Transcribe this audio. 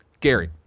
Gary